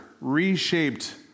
reshaped